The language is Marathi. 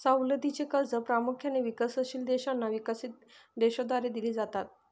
सवलतीची कर्जे प्रामुख्याने विकसनशील देशांना विकसित देशांद्वारे दिली जातात